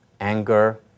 anger